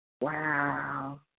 Wow